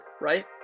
right